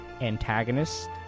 antagonist